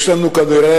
יש לנו כנראה